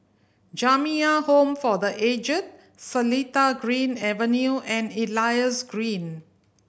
Jamiyah Home for The Aged Seletar Green Avenue and Elias Green